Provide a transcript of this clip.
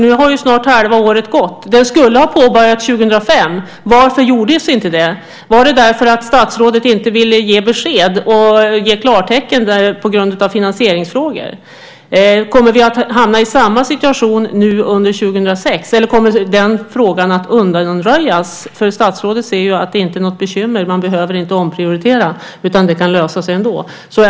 Nu har snart halva året gått. Den skulle ha påbörjats 2005 - varför gjordes inte det? Var det därför att statsrådet inte ville ge besked och ge klartecken på grund av finansieringsfrågor? Kommer vi att hamna i samma situation nu under 2006, eller kommer den frågan att undanröjas? Statsrådet säger ju att det inte är något bekymmer, att man inte behöver omprioritera, utan det kan lösas ändå.